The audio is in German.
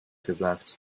gesagt